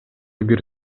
бир